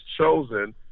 chosen